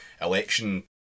election